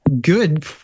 good